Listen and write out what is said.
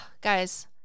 Guys